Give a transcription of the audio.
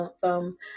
thumbs